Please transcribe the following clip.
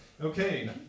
Okay